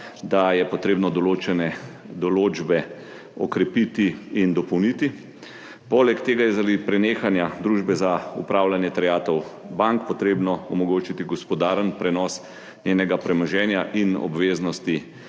da je potrebno določene določbe okrepiti in dopolniti. Poleg tega je zaradi prenehanja Družbe za upravljanje terjatev bank potrebno omogočiti gospodaren prenos njenega premoženja in obveznosti